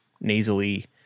nasally